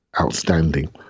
outstanding